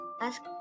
ask